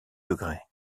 degrés